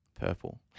purple